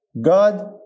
God